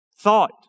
Thought